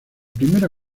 primera